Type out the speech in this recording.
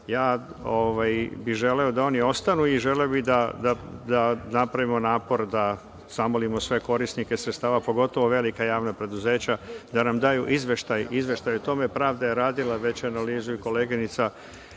bih da oni ostanu, i želeo bih da napravimo napor da zamolimo sve korisnike sredstava, pogotovo velika javna preduzeća, da nam daju izveštaj o tome. Pravda je radila već analizu, i koleginica